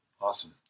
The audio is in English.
Awesome